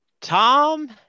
Tom